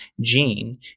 gene